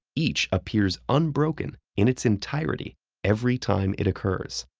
each appears unbroken in its entirety every time it occurs.